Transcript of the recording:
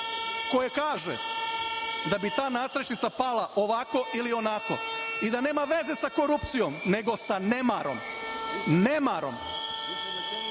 koje kaže da bi ta nastrešnica pala ovako ili onako i da nema veze sa korupcijom nego sa nemarom. Hajde